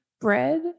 bread